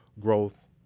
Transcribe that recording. growth